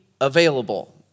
available